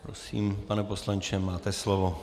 Prosím, pane poslanče, máte slovo.